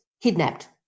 kidnapped